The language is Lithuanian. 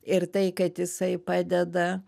ir tai kad jisai padeda